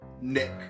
Nick